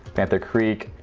but and creek,